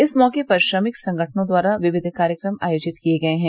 इस मौके पर श्रमिक संगठनों द्वारा विविध कार्यक्रम आयोजित किए गये हैं